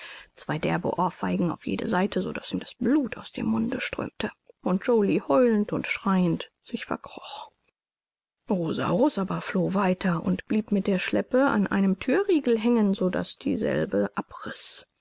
zwei derbe ohrfeigen auf jede seite so daß ihm das blut aus dem munde strömte und joly heulend und schreiend sich verkroch rosaurus aber floh weiter und blieb mit der schleppe an einem thürriegel hängen so daß dieselbe abriß